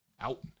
out